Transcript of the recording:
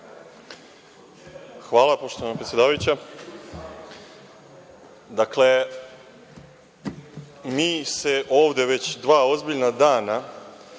Hvala, poštovana predsedavajuća. Dakle, mi se ovde već dva ozbiljna dana